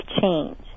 change